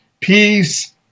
peace